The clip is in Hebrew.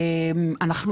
אנחנו